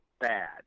bad